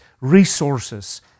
resources